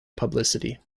publicity